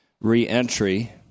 re-entry